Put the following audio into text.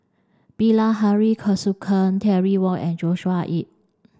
Bilahari Kausikan Terry Wong and Joshua Ip